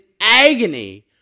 agony